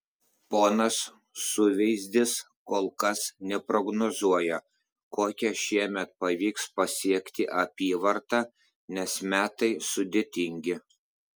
ponas suveizdis kol kas neprognozuoja kokią šiemet pavyks pasiekti apyvartą nes metai sudėtingi